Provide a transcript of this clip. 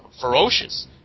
ferocious